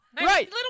Right